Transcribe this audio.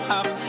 up